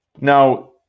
Now